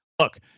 Look